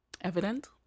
evident